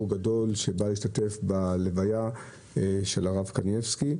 גדול שבא להשתתף בהלוויה של הרב קנייבסקי.